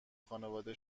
خانواده